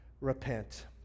Repent